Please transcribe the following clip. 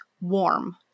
warm